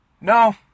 No